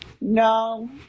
No